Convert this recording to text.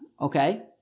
okay